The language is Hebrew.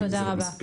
תודה רבה.